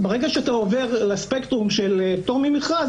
ברגע שאתה עובר לספקטרום של פטור ממכרז,